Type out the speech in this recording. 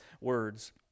words